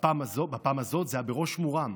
בפעם הזאת זה היה בראש מורם,